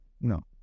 No